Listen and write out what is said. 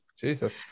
jesus